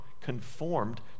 conformed